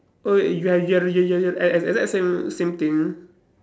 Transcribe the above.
oh you ha~ you ha~ you you you have ex~ exact same same thing